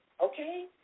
Okay